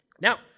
Now